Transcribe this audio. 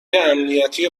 امنیتی